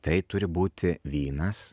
tai turi būti vynas